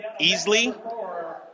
Easley